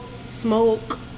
Smoke